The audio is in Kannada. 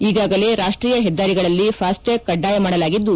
ಈಗಾಗಲೇ ರಾಷ್ಟೀಯ ಪೆದ್ದಾರಿಗಳಲ್ಲಿ ಫಾಸ್ಟ್ಯಾಗ್ ಕಡ್ಡಾಯ ಮಾಡಲಾಗಿದ್ದು